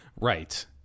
Right